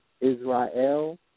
Israel